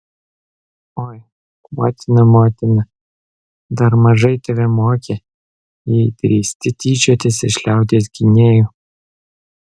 oi motina motina dar mažai tave mokė jei drįsti tyčiotis iš liaudies gynėjų